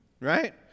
Right